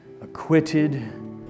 acquitted